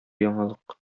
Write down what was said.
яңалык